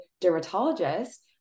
dermatologist